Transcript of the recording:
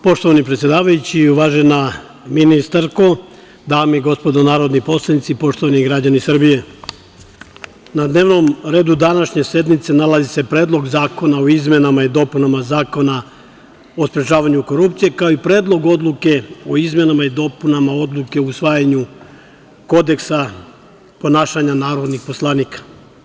Poštovani predsedavajući, uvažena ministarko, dame i gospodo narodni poslanici, poštovani građani Srbije, na dnevnom redu, današnje sednice, nalazi se Predlog zakona o izmenama i dopunama Zakona o sprečavanju korupcije, kao i Predlog odluke o izmenama i dopunama Odluke o usvajanju Kodeksa ponašanja narodnih poslanika.